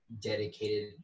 dedicated